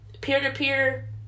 peer-to-peer